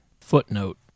Footnote